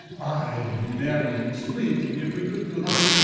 i marry sweeting, if we could doe that,